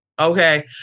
okay